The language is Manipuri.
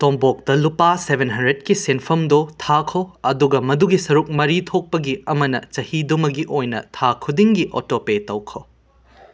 ꯇꯣꯝꯄꯣꯛꯇ ꯂꯨꯄꯥ ꯁꯦꯕꯦꯟ ꯍꯟꯗ꯭ꯔꯦꯠꯀꯤ ꯁꯦꯟꯐꯝꯗꯣ ꯊꯥꯈꯣ ꯑꯗꯨꯒ ꯃꯗꯨꯒꯤ ꯁꯔꯨꯛ ꯃꯔꯤ ꯊꯣꯛꯄꯒꯤ ꯑꯃꯅ ꯆꯍꯤꯗꯨꯃꯒꯤ ꯑꯣꯏꯅ ꯊꯥ ꯈꯨꯗꯤꯡꯒꯤ ꯑꯣꯇꯣ ꯄꯦ ꯇꯧꯈꯣ